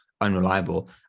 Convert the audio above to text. unreliable